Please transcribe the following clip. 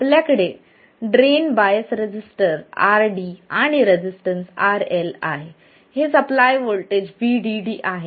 आपल्याकडे drain bias resistor RD आणि resistance RL आहे हे सप्लाय व्होल्टेज VDD आहे